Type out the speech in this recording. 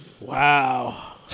Wow